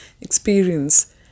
experience